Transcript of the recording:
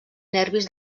nervis